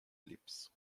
lips